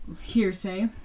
hearsay